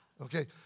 Okay